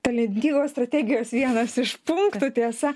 talentingos strategijos vienas iš punktų tiesa